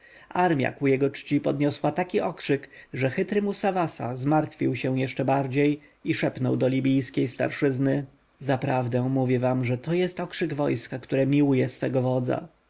armja ku jego czci podniosła taki okrzyk że chytry musawasa zmartwił się jeszcze bardziej i szepnął do libijskiej starszyzny zaprawdę mówię wam jest to krzyk wojska które miłuje swego wodza